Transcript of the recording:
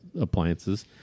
appliances